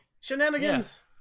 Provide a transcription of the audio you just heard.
Shenanigans